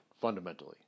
Fundamentally